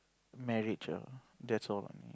marriage ah that's all